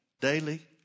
daily